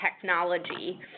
technology